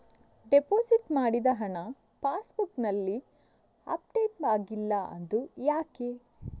Deposit ಮಾಡಿದ ಹಣ ಪಾಸ್ ಬುಕ್ನಲ್ಲಿ ಅಪ್ಡೇಟ್ ಆಗಿಲ್ಲ ಅದು ಯಾಕೆ?